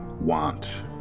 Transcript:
want